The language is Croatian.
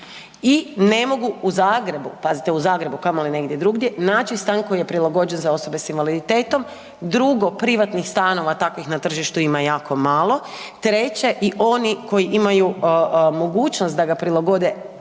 i ne mogu u Zagrebu, pazite u Zagrebu, a kamoli negdje drugdje naći stan koji je prilagođen za osobe s invaliditetom. Drugo, privatnih stanova takvih na tržištu ima jako malo, treće i oni koji imaju mogućnost da ga prilagode od privatnih